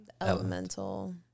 Elemental